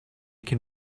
can